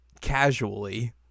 Casually